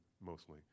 mostly